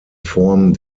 form